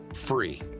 Free